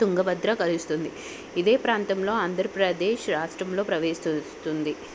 తుంగభద్ర కలుస్తుంది ఇదే ప్రాంతంలో ఆంధ్రప్రదేశ్ రాష్ట్రంలో ప్రవేశిస్తుంది